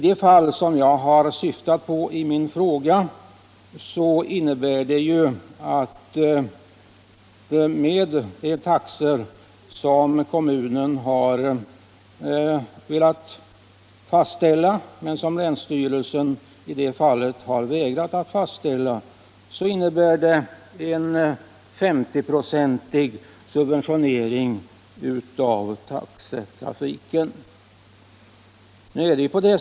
De taxor kommunen har velat införa — men som länsstyrelsen har vägrat fastställa — i det fall jag har syftat på i min fråga skulle innebära en 50-procentig subventionering av taxorna.